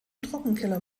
trockenkeller